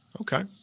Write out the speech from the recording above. Okay